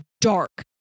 dark